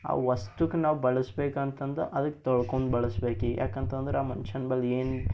ಆ ವಸ್ತುಗೆ ನಾವು ಬಳಸಬೇಕಂತಂದ ಅದಕ್ಕೆ ತೊಳ್ಕೊಂಡು ಬಳಸ್ಬೇಕು ಈಗ ಯಾಕಂತಂದ್ರೆ ಆ ಮನ್ಷನ ಬಳಿ ಏನು